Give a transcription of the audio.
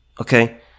Okay